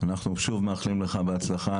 אנחנו שוב מאחלים לך בהצלחה,